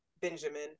Benjamin